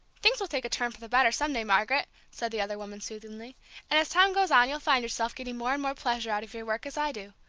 things will take a turn for the better some day, margaret, said the other woman, soothingly and as time goes on you'll find yourself getting more and more pleasure out of your work, as i do.